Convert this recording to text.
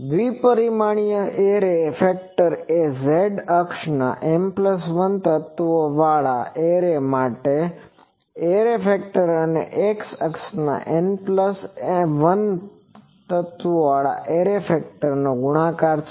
દ્વિપરિમાણીય array factor એ Z અક્ષના M1 તત્વોવાળા એરે માટેના એરે ફેક્ટર અને X અક્ષના N1 તત્વોવાળા એરે ફેક્ટરનો ગુણાકાર છે